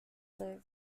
lived